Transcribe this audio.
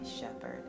Shepherd